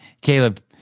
Caleb